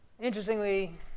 Interestingly